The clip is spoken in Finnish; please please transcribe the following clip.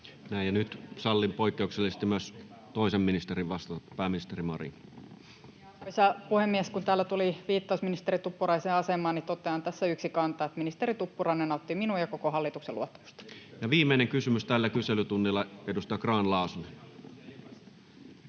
Nyt sallin poikkeuksellisesti myös toisen ministerin vastata. — Pääministeri Marin. Arvoisa puhemies! Kun täällä tuli viittaus ministeri Tuppuraisen asemaan, niin totean tässä yksikantaan, että ministeri Tuppurainen nauttii minun ja koko hallituksen luottamusta. Ja viimeinen kysymys tällä kyselytunnilla, edustaja Grahn-Laasonen.